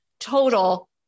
total